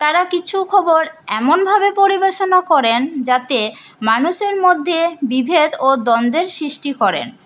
তারা কিছু খবর এমনভাবে পরিবেশনা করেন যাতে মানুষের মধ্যে বিভেদ ও দ্বন্দ্বের সৃষ্টি করেন